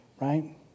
Right